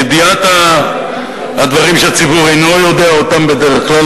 ידיעת הדברים שהציבור אינו יודע אותם בדרך כלל.